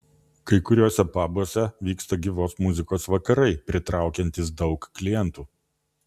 kai kuriuose pabuose vyksta gyvos muzikos vakarai pritraukiantys daug klientų